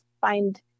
find